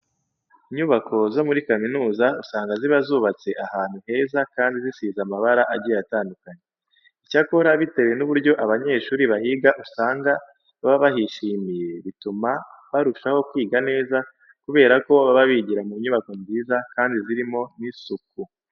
Inyubako zo muri kaminuza usanga ziba zubatse ahantu heza kandi zisize n'amabara agiye atandukanye. Icyakora bitewe n'uburyo abanyeshuri bahiga usanga baba bahishimiye, bituma barushaho kwiga neza kubera ko baba bigira mu nyubako nziza kandi zirimo n'isuku.